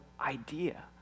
idea